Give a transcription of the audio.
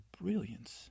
brilliance